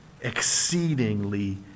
exceedingly